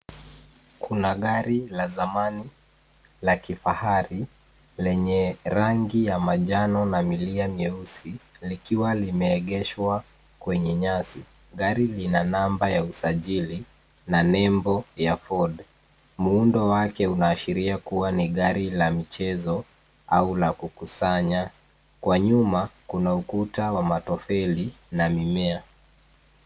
Kuna gari la zamani la kifahari lenye rangi ya manjano na milia myeusi likiwa limeegeshwa kwenye nyasi. Gari lina namba ya usajili na nembo ya Ford. Muundo wake unaashiria kuwa ni gari la michezo au la kukusanya. Kwa nyuma kuna ukuta wa matofali na mimea.